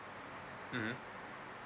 mmhmm